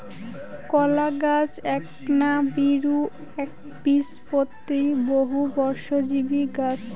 কলাগছ এ্যাকনা বীরু, এ্যাকবীজপত্রী, বহুবর্ষজীবী গছ